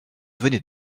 venait